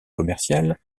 commerciales